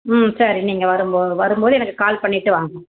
ம் சரி நீங்கள் வரும் போ வரும் போது எனக்கு கால் பண்ணிகிட்டு வாங்க